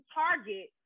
target